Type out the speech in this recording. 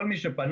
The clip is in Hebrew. כל מי שפנה,